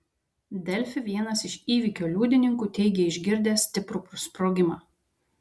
delfi vienas iš įvykio liudininkų teigė išgirdęs stiprų sprogimą